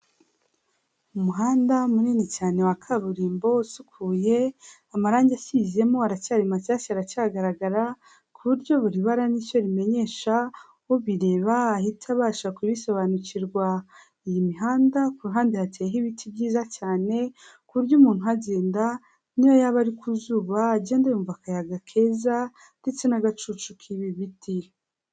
Umuhanda munini cyane wa kaburimbo, usukuye, amarange asizemo aracyari mashyashya, aracyagaragara ku buryo buri bara n'icyo rimenyesha, ubireba ahita abasha kubisobanukirwa, iyi mihanda ku ruhande hateyeho ibiti byiza cyane ku buryo umuntu uhagenda, n'iyo yaba ari ku zuba agenda yumva akayaga keza ndetse n'agacucu k'ibi biti.